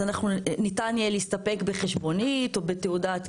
ניתן יהיה להסתפק בחשבונית או ---.